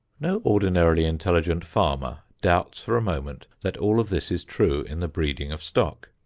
no ordinarily intelligent farmer doubts for a moment that all of this is true in the breeding of stock.